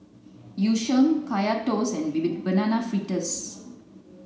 Yu Sheng Kaya toast and banana fritters